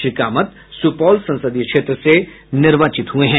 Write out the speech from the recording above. श्री कामत सुपौल संसदीय क्षेत्र से निर्वाचित हुए हैं